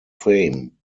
fame